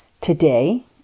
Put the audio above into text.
Today